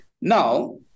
Now